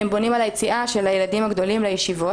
הם בונים על היציאה של הילדים הגדולים לישיבות,